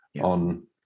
on